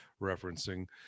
referencing